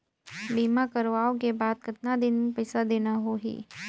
बीमा करवाओ के बाद कतना दिन मे पइसा देना हो ही?